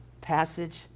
passage